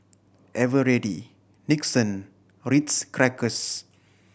Eveready Nixon Ritz Crackers